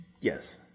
Yes